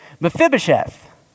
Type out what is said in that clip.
Mephibosheth